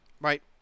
Right